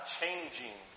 changing